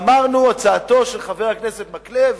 אמרנו: הצעתו של חבר הכנסת מקלב,